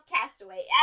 castaway